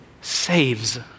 saves